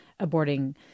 aborting